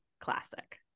classic